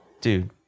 Dude